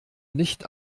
nicht